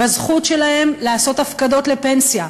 בזכות שלהם לעשות הפקדות לפנסיה,